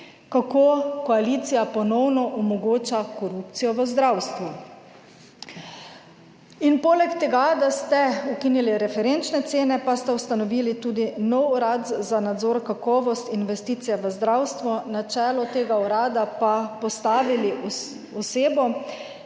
kako koalicija ponovno omogoča korupcijo v zdravstvu. In poleg tega, da ste ukinili referenčne cene, pa ste ustanovili tudi nov Urad za nadzor kakovosti investicije v zdravstvo. Na čelo tega urada pa postavili osebo,